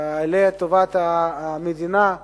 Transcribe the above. לטובת המדינה,